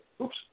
Oops